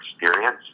experience